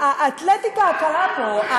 האתלטיקה הקלה פה,